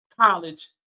college